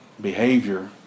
behavior